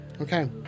Okay